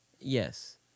Yes